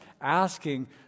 asking